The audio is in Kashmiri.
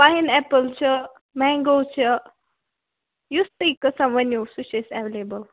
پایِن ایپُل چھُ مینٛگو چھُ یُس تُہۍ قٕسٕم ؤنِو سُہ چھُ اَسہِ ایٚویلیبُل